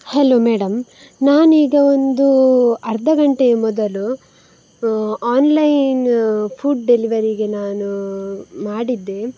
hello madam ನಾನೀಗ ಒಂದು ಅರ್ಧ ಗಂಟೆಯ ಮೊದಲು ಆನ್ಲೈನ್ ಫುಡ್ ಡೆಲಿವರಿಗೆ ನಾನು ಮಾಡಿದ್ದೆ